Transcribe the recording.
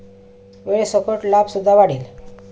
वेळेसकट लाभ सुद्धा वाढेल